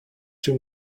too